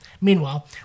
Meanwhile